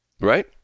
Right